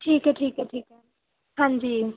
ਠੀਕ ਹੈ ਠੀਕ ਹੈ ਠੀਕ ਹੈ ਹਾਂਜੀ